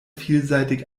vielseitig